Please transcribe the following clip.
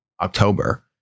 October